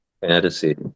fantasy